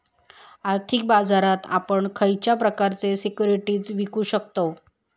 आर्थिक बाजारात आपण खयच्या प्रकारचे सिक्युरिटीज विकु शकतव?